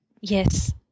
Yes